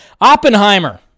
Oppenheimer